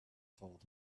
told